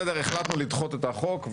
בסדר, החלטנו לדחות את החוק.